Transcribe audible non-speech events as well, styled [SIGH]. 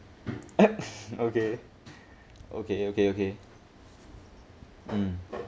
[LAUGHS] okay okay okay okay mm